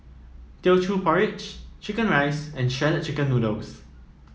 Teochew Porridge chicken rice and Shredded Chicken Noodles